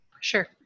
Sure